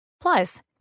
Plus